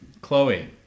Chloe